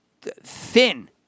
thin